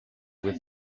with